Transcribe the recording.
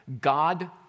God